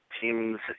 teams